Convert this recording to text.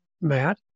Matt